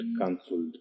Cancelled